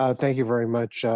ah thank you very much,